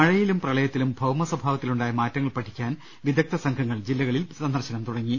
മഴയിലും പ്രളയത്തിലും ഭൌമസ്വഭാവത്തിലുണ്ടായ മാറ്റങ്ങൾ പഠി ക്കാൻ വിദഗ്ധ സംഘങ്ങൾ ജില്ലകളിൽ സന്ദർശനം തുടങ്ങി